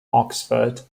oxford